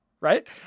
right